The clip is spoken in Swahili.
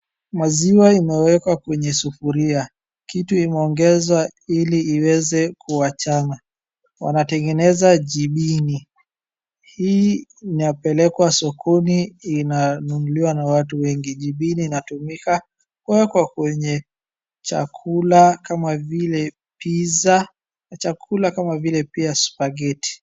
Maziwa imewekwa kwenye sufuria. Kitu imeongezwa ili iweze kuwachana. Wanatengeneza jibini. Hii inapelekwa sokoni inanunuliwa na watu wengi. Jibini inatumika kuwekwa kwenye chakula kama vile pizza na chakula kama vile pia spaghetti .